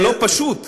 זה לא פשוט.